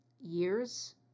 years